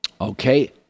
Okay